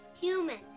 human